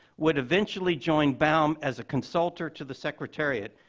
would eventually join baum as a consultor to the secretariat,